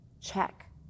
check